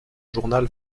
journal